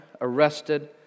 arrested